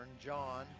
John